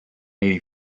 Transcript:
eighty